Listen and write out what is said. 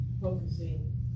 focusing